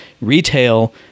retail